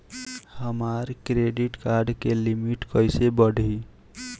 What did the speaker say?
हमार credit card के limit कइसे बढ़ी?